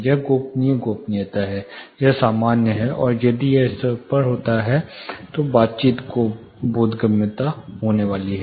यह गोपनीय गोपनीयता है यह सामान्य है और यदि यह इससे ऊपर जाता है तो बातचीत बोधगम्य होने वाली है